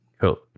cool